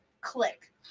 click